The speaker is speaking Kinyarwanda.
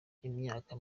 imyaka